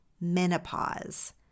menopause